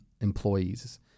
employees